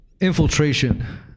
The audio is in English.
Infiltration